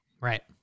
Right